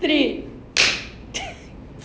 three